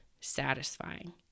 satisfying